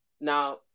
Now